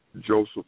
Joseph